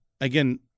Again